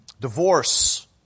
Divorce